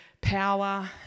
power